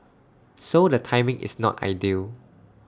so the timing is not ideal